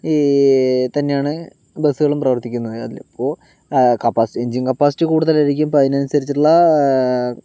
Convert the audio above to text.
ഈ തന്നെയാണ് ബസ്സുകളും പ്രവർത്തിക്കുന്നത് അതിനിപ്പോൾ കപ്പാസിറ്റി എൻജിൻ കപ്പാസിറ്റി കൂടുതലായിരിക്കും അപ്പം അതിനനുസരച്ചിട്ടുള്ള